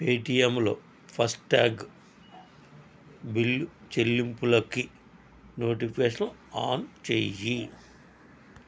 పేటిఎమ్లో FASTag bill చెల్లింపులకి నోటిఫికేషన్లు on చేయి